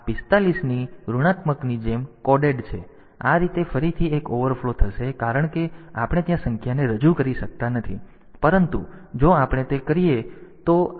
તેથી આ 45 ની આ ઋણાત્મકની જેમ કોડેડ છે આ રીતે ફરીથી એક ઓવરફ્લો થશે કારણ કે આપણે ત્યાં સંખ્યાને રજૂ કરી શકતા નથી પરંતુ જો આપણે તે કરીએ તો કહે છે